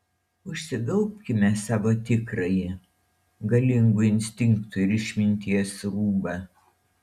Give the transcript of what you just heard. užsigaubkime savo tikrąjį galingų instinktų ir išminties rūbą